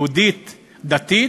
יהודית דתית?